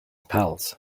pals